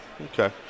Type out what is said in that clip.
Okay